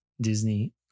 Disney